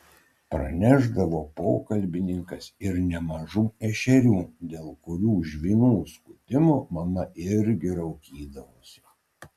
parnešdavo pokalbininkas ir nemažų ešerių dėl kurių žvynų skutimo mama irgi raukydavosi